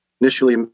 Initially